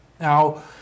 Now